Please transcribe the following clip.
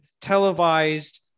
televised